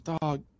dog